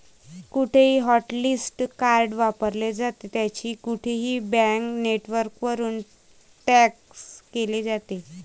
कुठेही hotlist card वापरले जाते, त्याची माहिती बँक नेटवर्कवरून ट्रॅक केली जाते